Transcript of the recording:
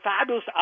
fabulous